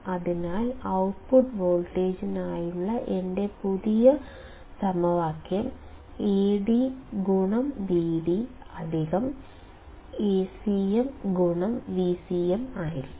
അതിനാൽ ഔട്ട്പുട്ട് വോൾട്ടേജിനായുള്ള എന്റെ പുതിയ formula Ad Vd Acm Vcm ആയിരിക്കും